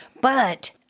But-